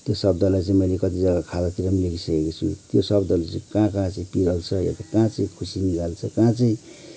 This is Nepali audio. त्यो शब्दलाई चाहिँ मैले कति जग्गा खातातिर पनि लेखिसकेको छु त्यो शब्दले चाहिँ कहाँ कहाँ चाहिँ पिरोल्छ है कहाँ चाहिँ खुसी निकाल्छ कहाँ चाहिँ